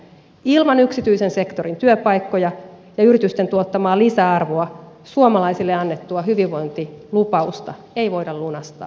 ilman yksityisen sektorin työpaikkoja ja yritysten tuottamaa lisäarvoa suomalaisille annettua hyvinvointilupausta ei voida lunastaa